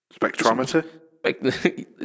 spectrometer